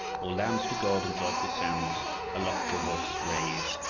all lands to god in joyful sounds aloft your voices raise,